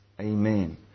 Amen